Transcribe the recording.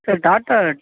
sir Tata